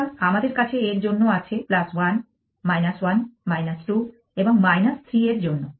সুতরাং আমাদের কাছে এর জন্য আছে 1 1 2 এবং 3 এর জন্য